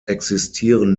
existieren